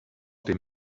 dem